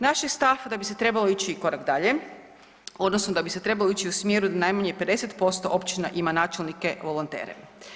Naš je stav da bi se trebalo ići korak dalje odnosno da bi se trebalo ići u smjeru da najmanje 50% općina ima načelnike volontere.